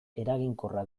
eraginkorra